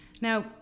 now